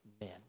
men